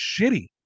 shitty